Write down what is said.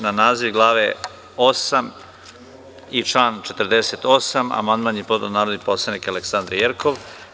Na naziv glave VIII. i član 48. amandman je podneo narodni poslanik Aleksandra Jerkov.